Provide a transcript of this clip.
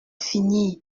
finir